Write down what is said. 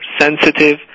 sensitive